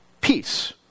Peace